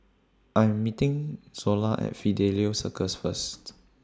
I'm meeting Zola At Fidelio Circus First